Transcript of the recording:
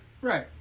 Right